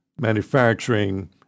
manufacturing